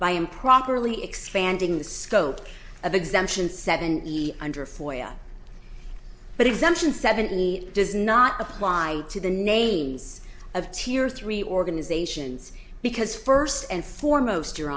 by improperly expanding the scope of exemption seven under for ya but exemption seventy does not apply to the names of tears three organizations because first and foremost